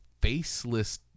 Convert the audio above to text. faceless